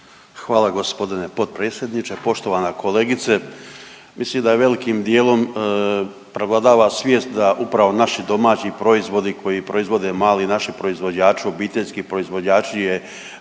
Hvala g. potpredsjedniče, poštovana kolegice. Mislim da je velikim dijelom prevladava svijest da upravo naši domaći proizvodi koji proizvode mali naši proizvođači, obiteljski proizvođači je